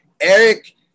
Eric